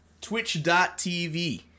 twitch.tv